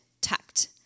tucked